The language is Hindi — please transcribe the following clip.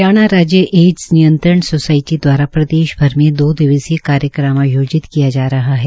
हरियाणा राज्य एडस नियंत्रण सोसायटी दवारा प्रदेश भर में दो दिवसीय कार्यक्रम आयोजित किया जा रहा है